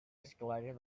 escalator